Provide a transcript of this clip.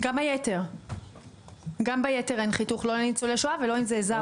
גם ביתר אין חיתוך לא לניצולי שואה ולא אם זה עובד זר.